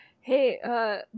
Hey